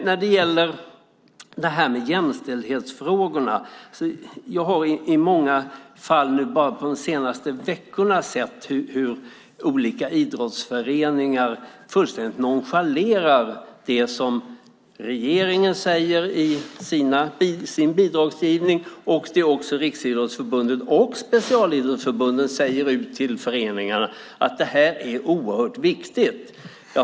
När det gäller jämställdhetsfrågorna har jag bara under de senaste veckorna sett många fall där olika idrottsföreningar fullständigt nonchalerar det som regeringen säger i sin bidragsgivning och som Riksidrottsförbundet och specialidrottsförbunden säger, att jämställdhet är oerhört viktig.